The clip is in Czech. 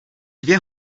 dvě